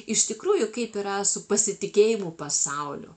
iš tikrųjų kaip yra su pasitikėjimu pasauliu